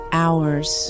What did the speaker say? hours